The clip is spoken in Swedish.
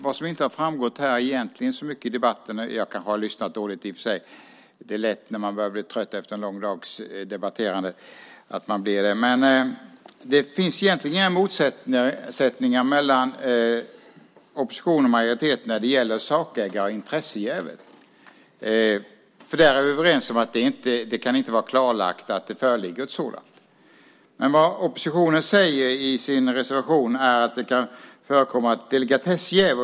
Vad som inte framgått så mycket i debatten här - i och för sig har jag kanske lyssnat dåligt; så blir det lätt när man börjar bli trött efter en lång dags debatterande - är att det egentligen inte finns några motsättningar mellan oppositionen och majoriteten när det gäller sakägarjäv och intressejäv. Vi är överens om att det inte kan vara klarlagt att något sådant föreligger. I reservationen säger oppositionen att det kan förekomma ett delikatessjäv.